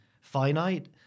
finite